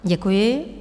Děkuji.